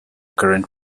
current